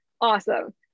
awesome